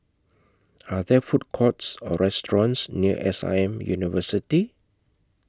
Are There Food Courts Or restaurants near S I M University